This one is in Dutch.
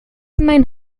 mijn